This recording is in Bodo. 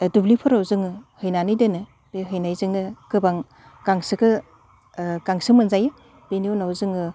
दुब्लिफोराव जोङो हैनानै दोनो बे हैनायजोंनो गोबां गांसोखो गांसो मोनजायो बेनि उनाव जोङो